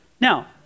now